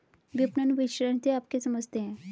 विपणन मिश्रण से आप क्या समझते हैं?